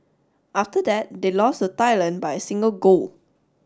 after that they lost Thailand by a single goal